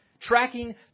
Tracking